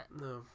No